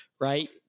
right